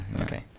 Okay